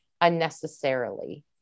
unnecessarily